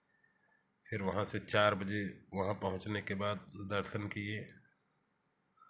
फिर वहाँ से चार बजे वहाँ पहुँचने के बाद दर्शन किए